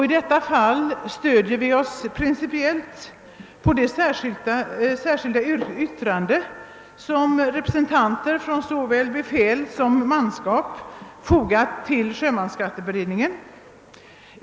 I detta fall stöder vi oss principiellt på det särskilda yttrande som representanter från såväl befäl som manskap fogat till sjömansskatteberedningens betänkande.